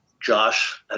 Josh